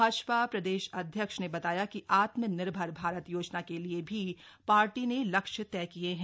भाजपा प्रदेश अध्यक्ष ने बताया कि आत्मनिर्भर भारत योजना के लिए भी पार्टी ने लक्ष्य तय किये हैं